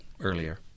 earlier